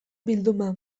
bilduma